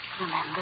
remember